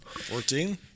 Fourteen